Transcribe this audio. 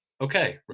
okay